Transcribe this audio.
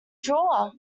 drawer